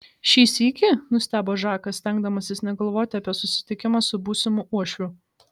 šį sykį nustebo žakas stengdamasis negalvoti apie susitikimą su būsimu uošviu